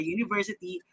University